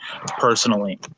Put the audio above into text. personally